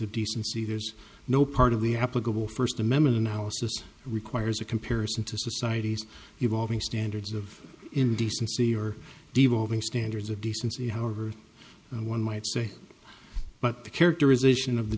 of decency there's no part of the applicable first amendment analysis requires a comparison to society's evolving standards of indecency or devolving standards of decency however one might say but the characterization of the